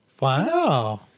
wow